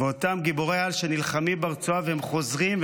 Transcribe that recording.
אותם גיבורי-על שנלחמים ברצועה וחוזרים,